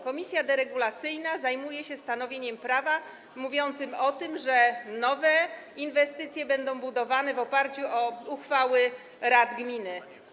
Komisja deregulacyjna zajmuje się stanowieniem prawa mówiącego o tym, że nowe inwestycje będą budowane w oparciu o uchwały rad gmin.